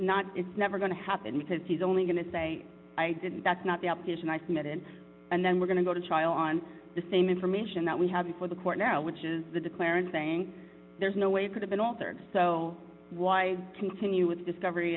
not it's never going to happen because he's only going to say i didn't that's not the optician i submitted and then we're going to go to trial on the same information that we have before the court now which is the declarant saying there's no way you could have been altered so why continue with discovery